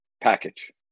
package